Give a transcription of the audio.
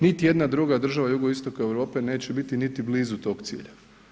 Niti jedna druga država jugoistoka Europe neće biti niti blizu toga cilja.